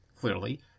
clearly